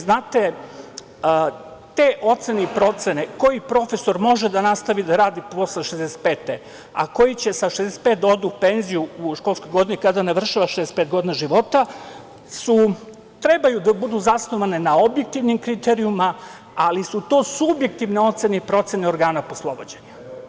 Znate, te ocene i procene koji profesor može da nastavi da radi posle 65. godine a koji će sa 65 da ode u penziju u školskoj godini kada navršava 65 godina života trebaju da budu zasnovane na objektivnim kriterijumima, ali su to subjektivne ocene i procene organa poslovođenja.